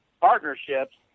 partnerships